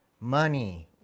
Money